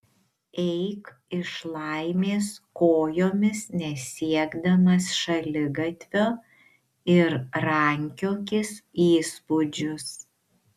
eik iš laimės kojomis nesiekdamas šaligatvio ir rankiokis įspūdžius